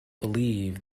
believe